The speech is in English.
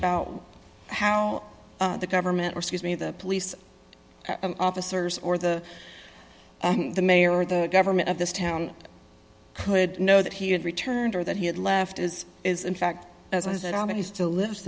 about how the government receives me the police officers or the the mayor or the government of this town could know that he had returned or that he had left as is in fact as i said i mean he still lives